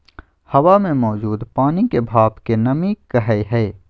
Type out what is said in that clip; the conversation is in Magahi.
हवा मे मौजूद पानी के भाप के नमी कहय हय